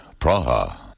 Praha